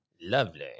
lovely